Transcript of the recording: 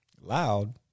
loud